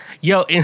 yo